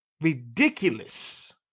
ridiculous